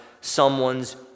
someone's